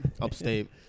upstate